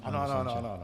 Ano, ano.